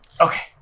okay